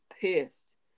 pissed